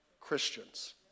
Christians